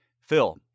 Phil